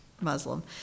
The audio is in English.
Muslim